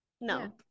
no